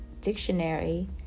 Dictionary